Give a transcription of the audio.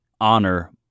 honor